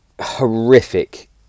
horrific